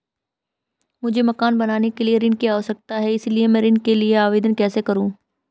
मुझे मकान बनाने के लिए ऋण की आवश्यकता है इसलिए मैं ऋण के लिए आवेदन कैसे करूं?